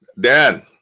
Dan